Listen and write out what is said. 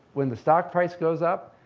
when the stock price goes up,